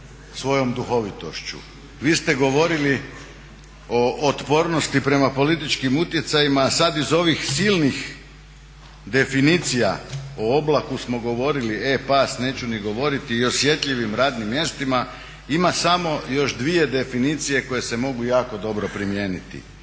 svojom duhovitošću. Vi ste govorili o otpornosti prema političkim utjecajima, a sad iz ovih silnih definicija o oblaku smo govorili, e-past neću ni govoriti, i osjetljivim radnim mjestima, ima samo još dvije definicije koje se mogu jako dobro primijeniti.